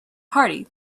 party